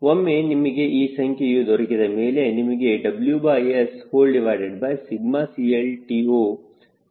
ಒಮ್ಮೆ ನಿಮಗೆ ಆ ಸಂಖ್ಯೆಯು ದೊರಕಿದ ಮೇಲೆ ನಿಮಗೆ WSCLTOTW ಸಿಗುತ್ತದೆ